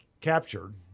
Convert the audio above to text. captured